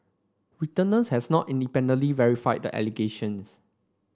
Reuters has not independently verified the allegations